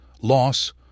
loss